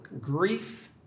grief